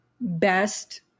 best